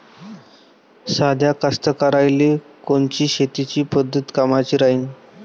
साध्या कास्तकाराइले कोनची शेतीची पद्धत कामाची राहीन?